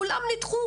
וכולן נדחו.